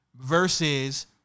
Versus